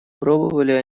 пробовали